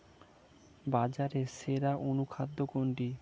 বাজারে সেরা অনুখাদ্য কোনটি?